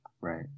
right